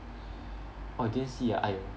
orh didn't see ah !aiyo!